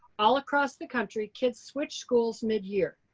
all across the country, kids switch schools mid year.